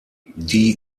die